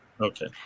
okay